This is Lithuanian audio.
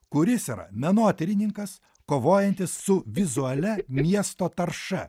kuris yra menotyrininkas kovojantis su vizualia miesto tarša